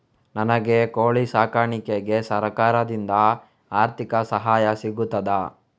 ನನಗೆ ಕೋಳಿ ಸಾಕಾಣಿಕೆಗೆ ಸರಕಾರದಿಂದ ಆರ್ಥಿಕ ಸಹಾಯ ಸಿಗುತ್ತದಾ?